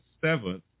seventh